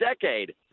decade